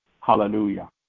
Hallelujah